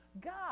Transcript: God